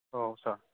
औ सार